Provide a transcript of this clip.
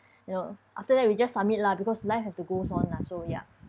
you know after that we just submit lah because life have to goes on lah so ya